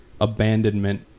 abandonment